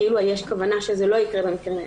כאילו יש כוונה שזה לא יקרה במקרים האלה.